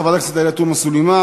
חברת הכנסת עאידה תומא סלימאן.